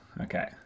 Okay